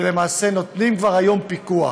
שלמעשה עושים כבר היום פיקוח,